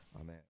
Amen